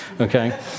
okay